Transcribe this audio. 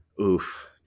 Oof